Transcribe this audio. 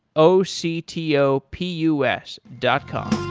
o c t o p u s dot com